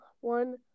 one